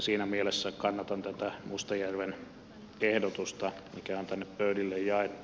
siinä mielessä kannatan tätä mustajärven ehdotusta mikä on tänne pöydille jaettu